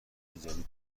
جدید